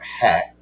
hat